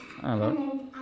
Hello